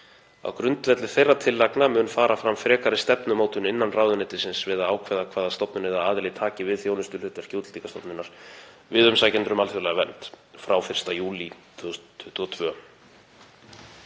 Á grundvelli þeirra tillagna mun fara fram frekari stefnumótun innan ráðuneytisins við að ákveða hvaða stofnun eða aðili taki við þjónustuhlutverki Útlendingastofnunar við umsækjendur um alþjóðlega vernd frá 1. júlí 2022.“